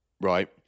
right